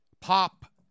Pop